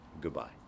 goodbye